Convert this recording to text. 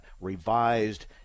revised